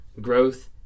growth